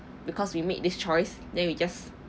because we made this choice then we just